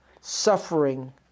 suffering